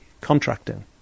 contracting